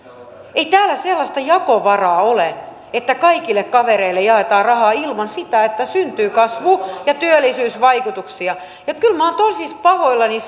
täällä sellaista jakovaraa ole että kaikille kavereille jaetaan rahaa ilman sitä että syntyy kasvu ja työllisyysvaikutuksia kyllä minä olen tosi pahoillani